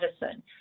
medicine